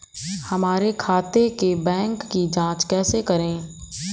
हमारे खाते के बैंक की जाँच कैसे करें?